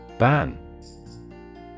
Ban